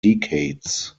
decades